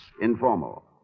Informal